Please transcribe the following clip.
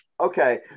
Okay